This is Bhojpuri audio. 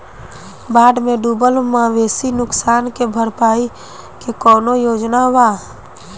बाढ़ में डुबल मवेशी नुकसान के भरपाई के कौनो योजना वा?